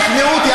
שכנעו אותי,